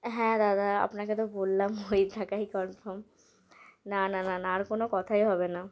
হ্যাঁ দাদা আপনাকে তো বললাম ওই টাকাই কনফার্ম না না না না আর কোনো কথাই হবে না